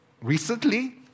recently